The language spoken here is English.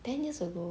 ten years ago